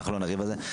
אנחנו לא נריב על זה.